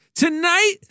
Tonight